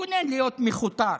תתכונן להיות מכותר פה.